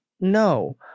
no